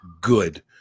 good